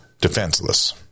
defenseless